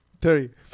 Terry